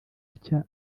atya